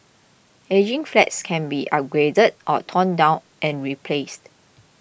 ageing flats can be upgraded or torn down and replaced